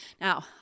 Now